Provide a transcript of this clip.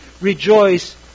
rejoice